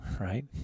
Right